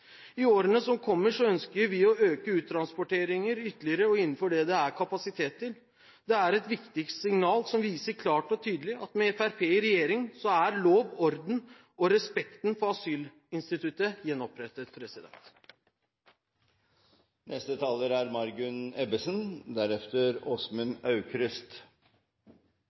I årene som kommer, ønsker vi å øke uttransporteringene ytterligere og innenfor det som det er kapasitet til. Det er et viktig signal som viser klart og tydelig at med Fremskrittspartiet i regjering er lov, orden og respekten for asylinstituttet gjenopprettet.